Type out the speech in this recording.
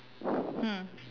hmm